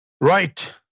right